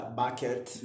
bucket